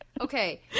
Okay